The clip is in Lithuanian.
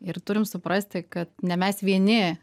ir turim suprasti kad ne mes vieni